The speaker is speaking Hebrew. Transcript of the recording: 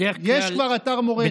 יש כבר אתר מורשת.